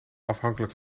afhankelijk